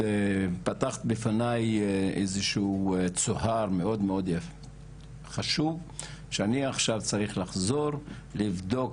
פתחת בפני איזה שהוא צוהר מאוד חשוב שאני עכשיו צריך לחזור לבדוק